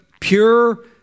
pure